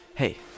Hey